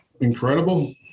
incredible